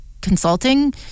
consulting